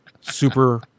Super